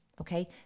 Okay